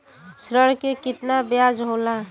ऋण के कितना ब्याज होला?